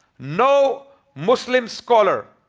no muslim scholar